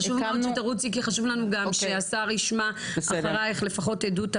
חשוב שתרוצי כי חשוב לנו גם שהשר ישמע אחריך לפחות עדות אחת.